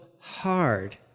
hard